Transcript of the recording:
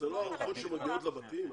אלה לא ארוחות שמגיעות לבתים?